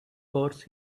course